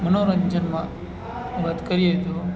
મનોરંજનમાં વાત કરીએ તો